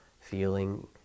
feeling